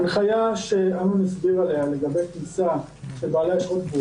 ההנחיה שאמנון הסביר עליה לגבי כניסה של בעלי אשרות,